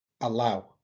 allow